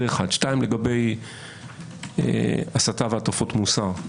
שתיים, לגבי הסתה והטפות מוסר,